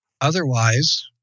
Otherwise